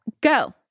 go